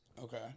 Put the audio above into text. Okay